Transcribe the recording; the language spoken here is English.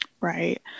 Right